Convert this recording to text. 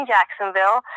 Jacksonville